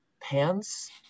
pants